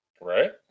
Right